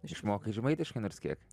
išmokai žemaitiškai nors kiek